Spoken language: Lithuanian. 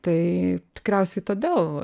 tai tikriausiai todėl